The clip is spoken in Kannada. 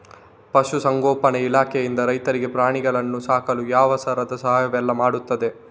ಪಶುಸಂಗೋಪನೆ ಇಲಾಖೆಯಿಂದ ರೈತರಿಗೆ ಪ್ರಾಣಿಗಳನ್ನು ಸಾಕಲು ಯಾವ ತರದ ಸಹಾಯವೆಲ್ಲ ಮಾಡ್ತದೆ?